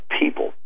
people